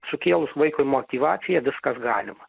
sukėlus vaikui motyvaciją viskas galima